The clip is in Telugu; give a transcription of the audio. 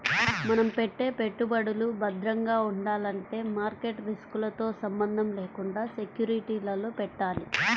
మనం పెట్టే పెట్టుబడులు భద్రంగా ఉండాలంటే మార్కెట్ రిస్కులతో సంబంధం లేకుండా సెక్యూరిటీలలో పెట్టాలి